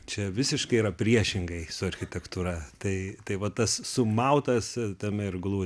čia visiškai yra priešingai su architektūra tai tai va tas sumautas tame ir glūdi